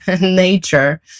nature